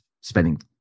spending